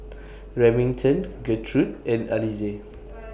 Remington Gertrude and Alize